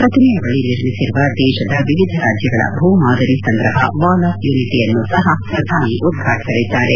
ಪ್ರತಿಮೆ ಬಳಿ ನಿರ್ಮಿಸಿರುವ ದೇಶದ ವಿವಿಧ ರಾಜ್ನಗಳ ಭೂ ಮಾದರಿ ಸಂಗ್ರಹ ವಾಲ್ ಆಫ್ ಯೂನಿಟಿ ಅನ್ನೂ ಸಹ ಪ್ರಧಾನಿ ಉದ್ವಾಟಿಸಲಿದ್ದಾರೆ